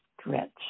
stretch